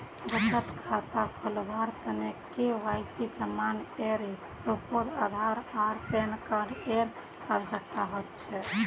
बचत खता खोलावार तने के.वाइ.सी प्रमाण एर रूपोत आधार आर पैन कार्ड एर आवश्यकता होचे